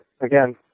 again